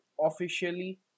officially